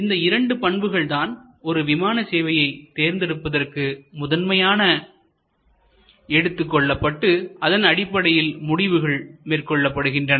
இந்த இரண்டு பண்புகள் தான் ஒரு விமான சேவையை தேர்ந்தெடுப்பதற்கு முதன்மையாக எடுத்துக்கொள்ளப்பட்டு அதன் அடிப்படையில் முடிவுகள் மேற்கொள்ளப்படுகின்றன